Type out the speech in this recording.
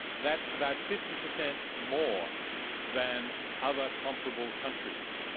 that's about fifty percent more than other comparable countries,